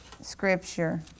scripture